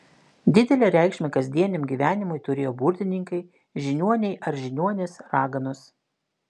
didelę reikšmę kasdieniam gyvenimui turėjo burtininkai žiniuoniai ar žiniuonės raganos